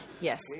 Yes